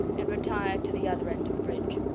and retired to the other end of the bridge.